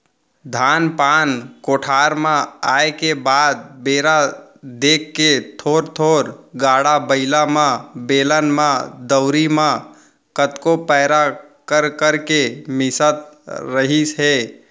धान पान कोठार म आए के बाद बेरा देख के थोर थोर गाड़ा बइला म, बेलन म, दउंरी म कतको पैर कर करके मिसत रहिस हे